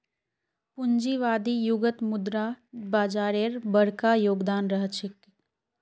पूंजीवादी युगत मुद्रा बाजारेर बरका योगदान रह छेक